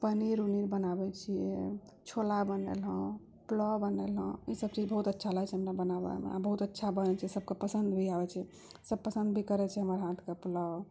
पनीर उनीर बनाबय छियै छोला बनेलहुँ पोलाव बनेलहुँ ईसब चीज बहुत अच्छा लगय छै हमरा बनाबयमे आओर बहुत अच्छा बनय छै सबके पसन्द भी आबय छै सब पसन्द भी करय छै हमर हाथके पोलाव